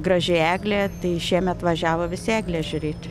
graži eglė tai šiemet važiavo visi eglės žiūrėt